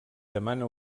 demana